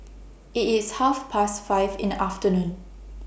IT IS Half Past five in The afternoon